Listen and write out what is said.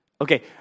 okay